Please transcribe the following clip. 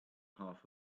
half